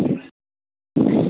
अ